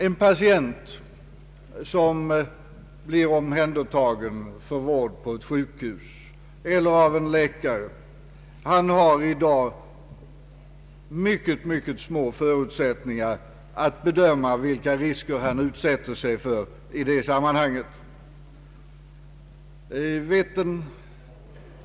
En patient som blir omhändertagen för vård på sjukhus eller av läkare har i dag mycket små förutsättningar att bedöma vilken risk han utsätter sig för i det sammanhanget.